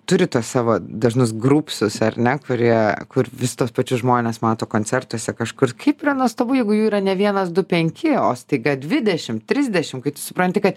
turi tuos savo dažnus grupsus ar ne kurie kur vis tuos pačius žmones mato koncertuose kažkur kaip yra nuostabu jeigu jų yra ne vienas du penki o staiga dvidešimt trisdešimt supranti kad